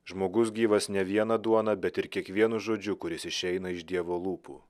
žmogus gyvas ne viena duona bet ir kiekvienu žodžiu kuris išeina iš dievo lūpų